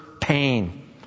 pain